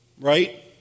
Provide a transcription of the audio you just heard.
Right